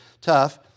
tough